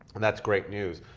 and that's great news,